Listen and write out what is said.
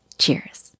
Cheers